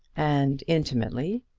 and intimately?